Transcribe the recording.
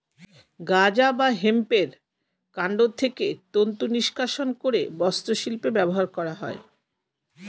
গাঁজা বা হেম্পের কান্ড থেকে তন্তু নিষ্কাশণ করে বস্ত্রশিল্পে ব্যবহার করা হয়